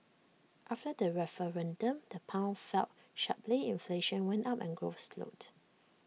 after the referendum the pound fell sharply inflation went up and growth slowed